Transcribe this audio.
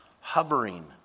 hovering